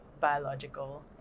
biological